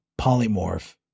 polymorph